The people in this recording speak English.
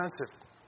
expensive